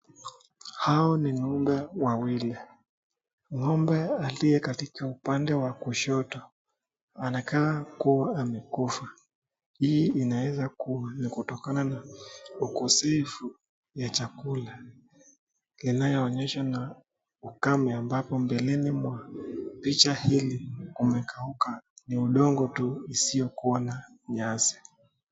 Hawa ni ng'ombe wawili, ng'ombe aliye katika upande wa kushoto anakaa kua amekufa. Hii inaeza kua inatokana na ukosefu ya chakula yanayoonyesha na ukame ambapo mbeleni mwa picha hili kumekauka udongo tu sio kuona nyasi.